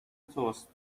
توست